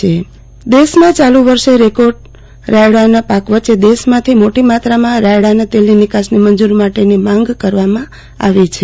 આરતી ભદ્દ રાયડા તેલ નિકાસ મંજુરી દેશમાં ચાલુ વર્ષે રેકોર્ડ રાયડાના પાક વચ્ચે દેશોમાંથી મોટી માત્રામાં રાયડા તેલની નિકાસની મંજુરી માટેની માંગ કરવામાં આવી છે